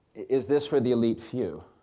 is this for the elite few?